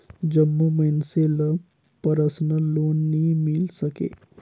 जम्मो मइनसे ल परसनल लोन नी मिल सके